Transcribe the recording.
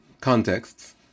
contexts